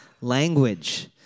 language